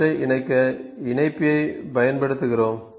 அவற்றை இணைக்க இணைப்பியைப் பயன்படுத்துகிறோம்